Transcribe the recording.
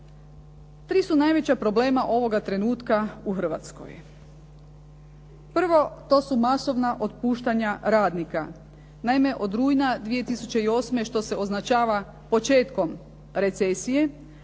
Tri su najveća problema ovoga trenutka u Hrvatskoj. Prvo, to su masovna otpuštanja radnika. Naime, od rujna 2008. što se označava početkom recesije